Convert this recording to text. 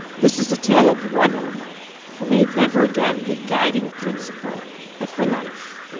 this is a tale of one woman who made never again the guiding principle of her life.